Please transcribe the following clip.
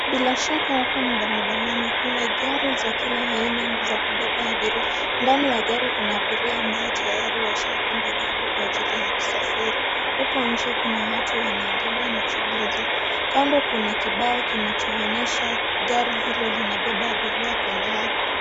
Bila shaka hapa ni barabarani kuna gari za kila aina za kubeba abiria. Ndani ya gari kuna abiria ambao tayari washapanda gari kwa ajili ya kusafiri, huko nje kuna watu wanaendelea na shuguli zao. Kando kuna kibao kinachoonyesha gari hilo linabeba abiria kuenda wapi.